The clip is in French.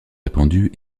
répandue